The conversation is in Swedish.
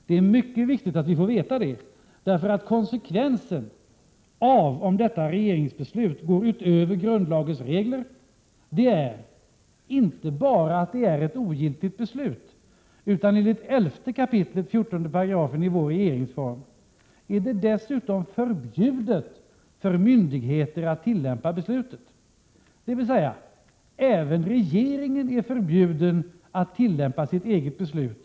Det är mycket viktigt att vi får veta det, därför att konsekvensen av om detta regeringsbeslut går utöver grundlagens regler är inte bara att det är ett ogiltigt beslut, utan enligt 11 kap. 14 § i regeringsformen är det dessutom förbjudet för myndigheter att tillämpa beslutet. Även regeringen är alltså förbjuden att tillämpa sitt eget beslut.